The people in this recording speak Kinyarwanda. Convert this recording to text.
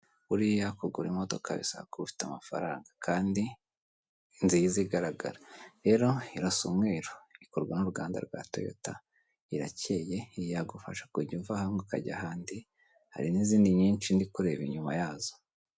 Buriya kugura imodoka bisaba kuba ufite amafaranga kandi nziza igaragara rero irasa umweru ikorwa n'uruganda rwa toyota irakeye yagufasha kujya uva hamwe ukajya ahandi hari n'izindi nyinshi ndi kureba inyuma yazo.